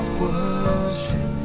worship